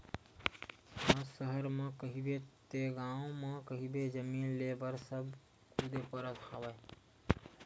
आज सहर म कहिबे ते गाँव म कहिबे जमीन लेय बर सब कुदे परत हवय